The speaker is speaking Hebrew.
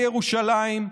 בירושלים,